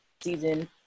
season